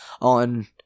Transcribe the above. on